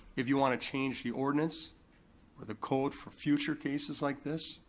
if you wanna change the ordinance with a code for future cases like this,